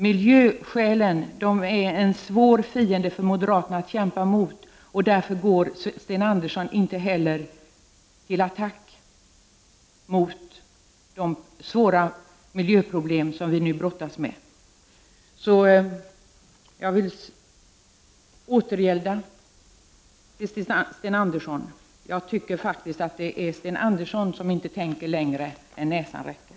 Miljöskälen är en svår fiende för moderaterna att kämpa emot, och därför går Sten Andersson inte heller till attack mot de svåra miljöproblem som vi nu brottas med. Jag vill återgälda till Sten Andersson — jag tycker faktiskt att det är han som inte tänker längre än näsan räcker.